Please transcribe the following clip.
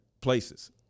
places